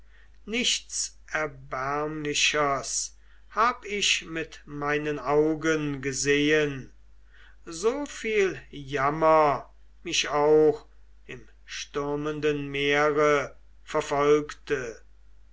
nichts erbärmlichers hab ich mit meinen augen gesehen so viel jammer mich auch im stürmenden meere verfolgte